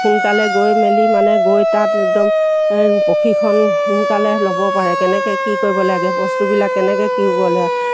সোনকালে গৈ মেলি মানে গৈ তাত একদম প্ৰশিক্ষণ সোনকালে ল'ব পাৰে কেনেকৈ কি কৰিব লাগে বস্তুবিলাক কেনেকৈ কি হ'বলৈ